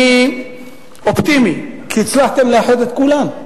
אני אופטימי, כי הצלחתם לאחד את כולם,